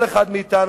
כל אחד מאתנו,